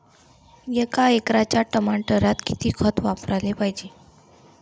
एका एकराच्या टमाटरात किती खत वापराले पायजे?